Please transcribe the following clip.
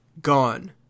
gone